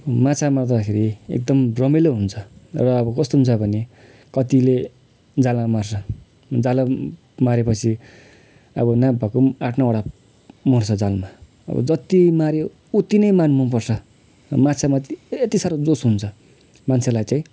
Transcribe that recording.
माछा मार्दाखेरि एकदम रमाइलो हुन्छ अब कस्तो हुन्छ भने कतिले जालमा मार्छ जालमा मारेपछि अब नभएको पनि आठ नौवटा मर्छ जालमा अब जति मार्यो उति नै मार्न मनपर्छ माछा मार्नु चाहिँ यति सारो जोस हुन्छ मान्छेलाई चाहिँ